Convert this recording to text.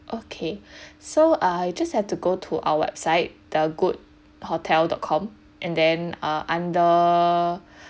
okay so uh you just have to go to our website the good hotel dot com and then err under